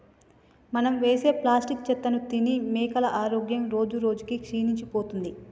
మనం వేసే ప్లాస్టిక్ చెత్తను తిని మేకల ఆరోగ్యం రోజురోజుకి క్షీణించిపోతుంది